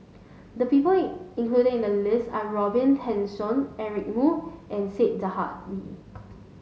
the people in included in the list are Robin Tessensohn Eric Moo and Said Zahari